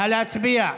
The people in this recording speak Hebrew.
נא להצביע.